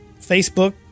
Facebook